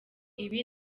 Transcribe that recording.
ibi